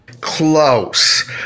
Close